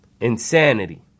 insanity